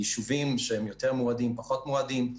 היישובים שיותר מועדים או פחות מועדים,